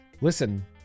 Listen